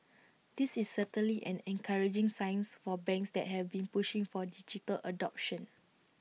this is certainly an encouraging signs for banks that have been pushing for digital adoption